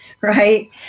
right